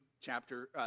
chapter